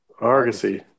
Argosy